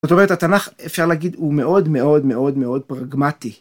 זאת אומרת, התנ"ך אפשר להגיד, הוא מאוד מאוד מאוד מאוד פרגמטי.